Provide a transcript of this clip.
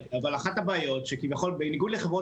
אבל אחת הבעיות שכביכול בניגוד לחברות